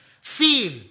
feel